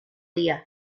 días